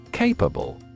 Capable